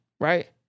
right